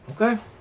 okay